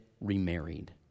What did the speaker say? remarried